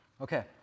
Okay